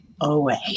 away